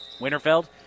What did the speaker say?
Winterfeld